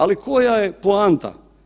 Ali koja je poanta?